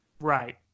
right